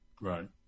Right